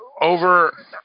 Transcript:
over